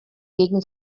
gegen